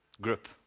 group